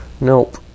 Nope